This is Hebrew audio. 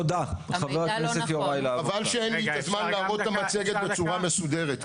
חבל שאין לי את הזמן להראות את המצגת בצורה מסודרת,